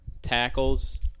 tackles